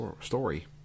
story